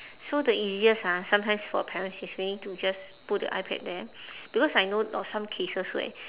so the easiest ah sometimes for parents it's really to just put the ipad there because I know of some cases where